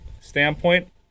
standpoint